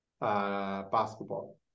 basketball